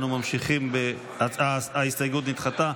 ההסתייגות נדחתה.